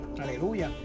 aleluya